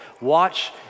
Watch